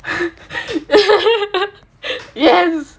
yes